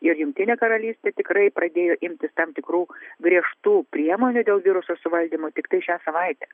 ir jungtinė karalystė tikrai pradėjo imtis tam tikrų griežtų priemonių dėl viruso suvaldymo tiktai šią savaitę